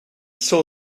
saw